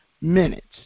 minutes